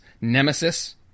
nemesis